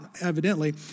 evidently